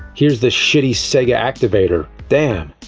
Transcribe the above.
here's the shitty sega activator. damn.